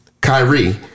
Kyrie